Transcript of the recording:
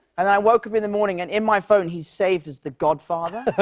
and i woke up in the morning, and in my phone, he's saved as the godfather.